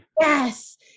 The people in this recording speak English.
yes